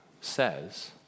says